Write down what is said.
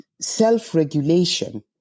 self-regulation